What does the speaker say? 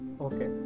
Okay